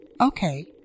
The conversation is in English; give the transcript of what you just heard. Okay